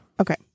okay